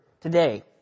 today